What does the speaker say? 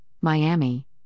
Miami